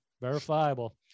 Verifiable